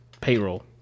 payroll